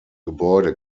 gebäude